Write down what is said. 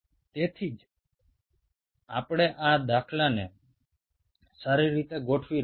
সেই কারণেই আমরা এই ধরনের সিস্টেম তৈরি করেছি